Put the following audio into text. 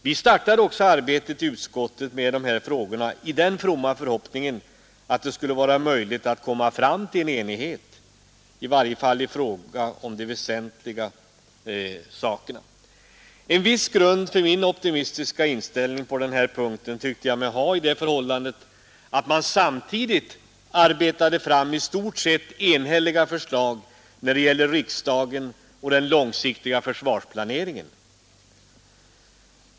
Vi startade också arbetet i utskottet med de här frågorna i den fromma förhoppningen, att det skulle vara möjligt att komma fram till enighet — i varje fall i fråga om det väsentliga. En viss grund för min optimistiska inställning på den här punkten tyckte jag mig ha i det förhållandet, att man samtidigt arbetade fram i stort sett enhälliga förslag när det gäller riksdagen och den långsiktiga försvarsplaneringen.